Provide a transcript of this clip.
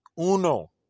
Uno